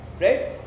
Right